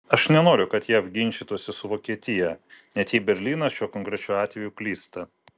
aš nenoriu kad jav ginčytųsi su vokietija net jei berlynas šiuo konkrečiu atveju klysta